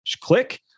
click